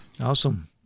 Awesome